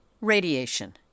Radiation